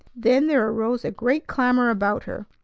then there arose a great clamor about her.